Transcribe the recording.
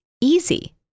easy